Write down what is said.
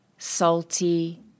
Salty